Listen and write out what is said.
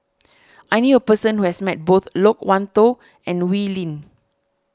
I knew a person who has met both Loke Wan Tho and Wee Lin